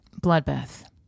bloodbath